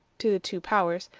to the two powers,